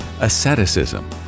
asceticism